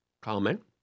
comment